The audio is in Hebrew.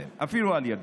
אפילו על ידי,